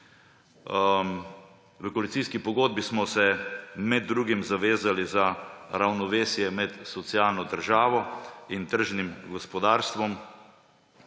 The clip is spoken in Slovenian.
V koalicijski pogodbi smo se med drugim zavezali za ravnovesje med socialno državo in tržnim gospodarstvom.